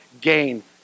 gain